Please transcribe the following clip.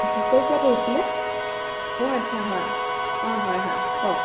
আচ্ছা ক'ৰ পৰা কৰিছিলে অঁ আচ্ছা হয় অঁ হয় হয় কওক